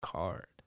card